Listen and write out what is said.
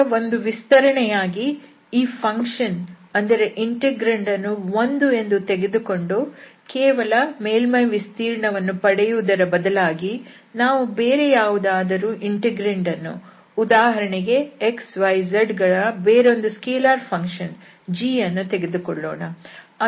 ಇದರ ಒಂದು ವಿಸ್ತರಣೆಯಾಗಿ ಈ ಫಂಕ್ಷನ್ ಅಂದರೆ ಇಂಟೆಗ್ರಾಂಡ್ ಅನ್ನು 1 ಎಂದು ತೆಗೆದುಕೊಂಡು ಕೇವಲ ಮೇಲ್ಮೈ ವಿಸ್ತೀರ್ಣವನ್ನು ಪಡೆಯುವುದರ ಬದಲಾಗಿ ನಾವು ಬೇರೆ ಯಾವುದಾದರೂ ಇಂಟೆಗ್ರಾಂಡ್ ಅನ್ನು ಉದಾಹರಣೆಗೆ x y zಗಳ ಬೇರೊಂದು ಸ್ಕೆಲಾರ್ ಫಂಕ್ಷನ್ g ಯನ್ನು ತೆಗೆದುಕೊಳ್ಳೋಣ